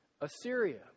Assyria